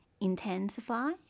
intensify